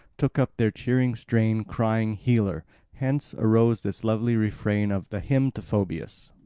took up the cheering strain crying healer hence arose this lovely refrain of the hymn to phoebus.